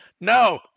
no